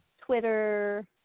Twitter